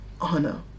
honor